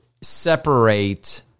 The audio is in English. separate